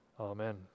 Amen